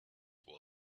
will